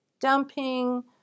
dumping